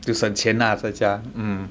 有省钱 lah 在家